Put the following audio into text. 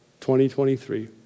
2023